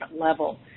level